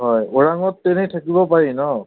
হয় ওৰাঙত এনেই থাকিব পাৰি ন